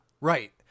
Right